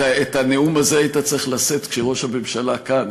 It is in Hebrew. את הנאום הזה היית צריך לשאת כשראש הממשלה כאן.